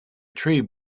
tree